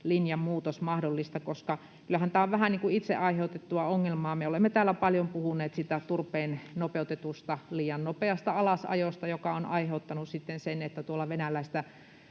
linjanmuutos mahdollinen, koska kyllähän tämä on vähän niin kuin itse aiheutettu ongelma. Me olemme täällä paljon puhuneet turpeen nopeutetusta, liian nopeasta alasajosta, joka on aiheuttanut sitten sen, että venäläistä